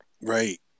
right